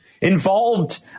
involved